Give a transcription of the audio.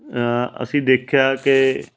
ਅਸੀਂ ਦੇਖਿਆ ਕਿ